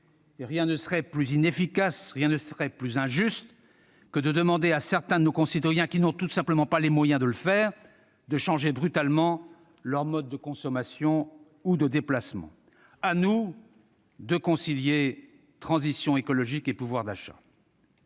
Rien ne serait plus inefficace ou injuste que de demander à certains de nos concitoyens, qui n'en ont tout simplement pas les moyens, de changer brutalement leur mode de consommation ou de déplacement. À nous de concilier transition écologique et pouvoir d'achat.